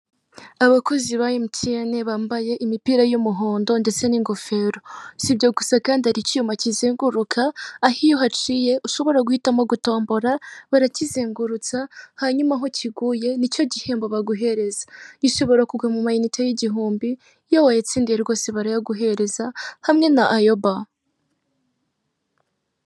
Abakozi ba emutiyene bambaye imipira y'umuhondo ndetse n'ingofero, sibyo gusa kandi hari icyuma kizenguruka, aho iyo uhaciye ushobora guhitamo gutombora, barakizengurutsa, hanyuma aho kiguye nicyo gihembo baguhereza. gishobora kugwa mu ma inite y'igihumbi, iyo wayatsindiye rwose barayaguhereza hamwe na ayoba.